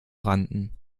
rannten